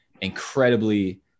incredibly